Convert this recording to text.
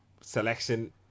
selection